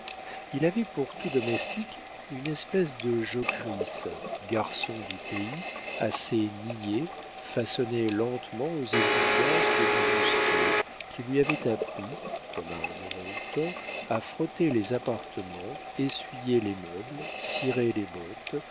il avait pour tout domestique une espèce de jocrisse garçon du pays assez niais façonné lentement aux exigences de du bousquier qui lui avait appris comme à un orang-outang à frotter les appartements essuyer les meubles cirer les bottes